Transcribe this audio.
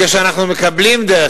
כשאנחנו מקבלים דרך,